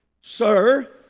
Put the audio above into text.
Sir